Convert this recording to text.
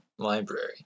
library